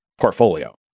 portfolio